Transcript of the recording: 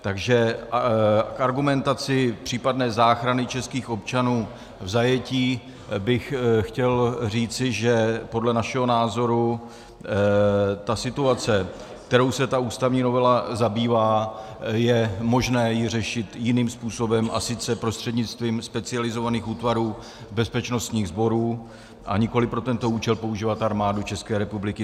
Takže k argumentaci případné záchrany českých občanů v zajetí bych chtěl říci, že podle našeho názoru tu situaci, kterou se ústavní novela zabývá, je možné řešit jiným způsobem, a sice prostřednictvím specializovaných útvarů bezpečnostních sborů, a nikoliv pro tento účel používat armádu České republiky.